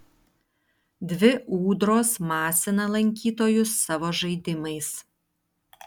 dvi ūdros masina lankytojus savo žaidimais